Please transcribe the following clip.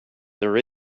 there